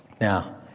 Now